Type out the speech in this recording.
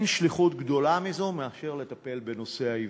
אין שליחות גדולה מאשר לטפל בנושא העיוורים.